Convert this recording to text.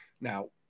Now